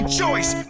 choice